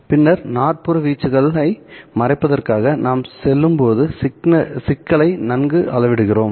பின்னர் நாற்புற வீச்சுகளை மறைப்பதற்காக நாம் செல்லும்போது சிக்கலை நன்கு அளவிடுகிறோம்